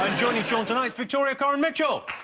joining sean tonight, victoria karen mitchell